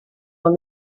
dans